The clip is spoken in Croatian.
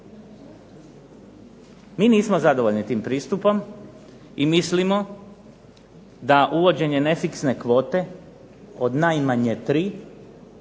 Mi nismo zadovoljni tim pristupom i mislimo da uvođenje nefiksne kvote od najmanje tri